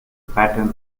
pattern